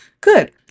good